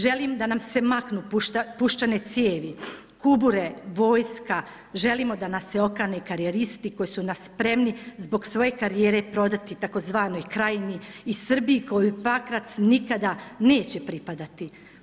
Želim da nam se maknu puščane cijevi, kubure, vojska, želimo da nas se okane karijeristi koji su nas spremni zbog svoje karijere prodati tzv. Krajini i Srbi kojim Pakrac nikada neće pripadati.